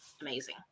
amazing